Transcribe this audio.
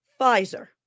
Pfizer